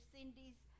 Cindy's